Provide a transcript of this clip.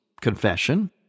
confession